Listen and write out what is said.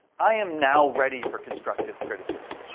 i am now ready for constructive criticism.